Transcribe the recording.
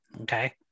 Okay